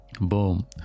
boom